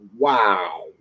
wow